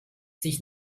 sich